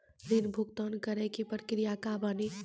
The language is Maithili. ऋण भुगतान करे के प्रक्रिया का बानी?